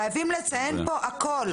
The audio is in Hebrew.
חייבים לציין פה הכול.